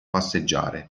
passeggiare